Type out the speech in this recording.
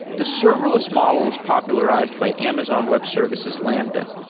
the serverless model was popularized by amazon web services lambda.